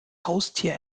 haustier